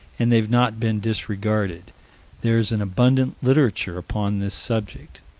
and they have not been disregarded there is an abundant literature upon this subject.